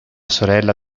sorella